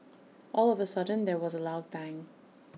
all of A sudden there was A loud bang